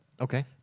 Okay